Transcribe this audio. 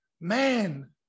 man